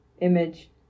image